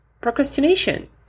procrastination